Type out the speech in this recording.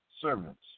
servants